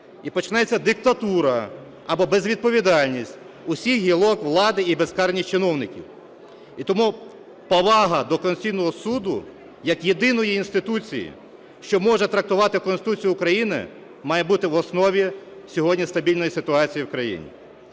І почнеться диктатура або безвідповідальність усіх гілок влади і безкарність чиновників. І тому повага до Конституційного Суду як єдиної інституції, що може трактувати Конституцію України, має бути в основі сьогодні стабільної ситуації в країні.